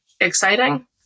exciting